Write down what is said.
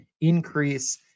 increase